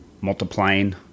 multiplying